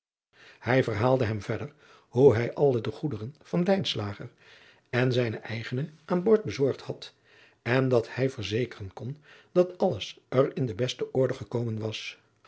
hij verhaalde hem verder hoe hij alle de goederen van lijnslager en zijne eigene aan boord bezorgd had en dat hij verzekeren kon dat alles er in de beste orde gekomen was